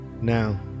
Now